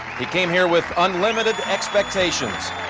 he came here with unlimited expectations.